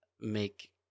make